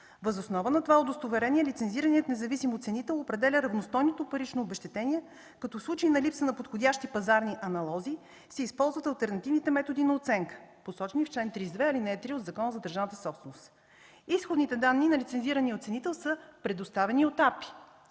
Въз основа на това удостоверение лицензираният независим оценител определя равностойното парично обезщетение, като в случай на липса на подходящи пазарни аналози се използват алтернативните методи на оценка, посочени в чл. 32, ал. 3 от Закона за държавната собственост. Изходните данни на лицензирания оценител са предоставени от АПИ,